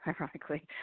ironically